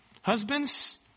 Husbands